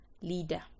leader